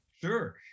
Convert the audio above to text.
Sure